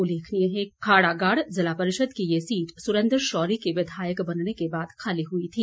उल्लेखनीय है कि खाड़ागाढ़ जिला परिषद की ये सीट सुरेन्द्र शौरी के विधायक बनने के बाद खाली हुई थी